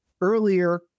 earlier